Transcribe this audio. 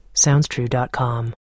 SoundsTrue.com